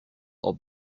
are